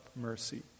mercy